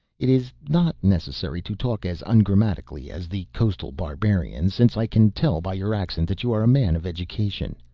it is not necessary to talk as ungrammatically as the coastal barbarians, since i can tell by your accent that you are a man of education.